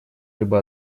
либо